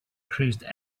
cruised